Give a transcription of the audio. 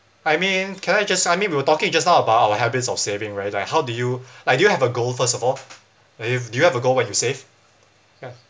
I mean can I just I mean we were talking just now about our habits of saving right like how do you like you have a goal first of all like if do you have a goal when you save